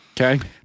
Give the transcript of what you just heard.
Okay